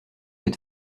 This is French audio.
êtes